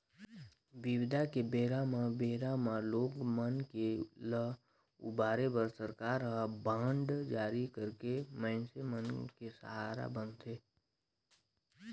बिबदा के बेरा म बेरा म लोग मन के ल उबारे बर सरकार ह बांड जारी करके मइनसे मन के सहारा बनथे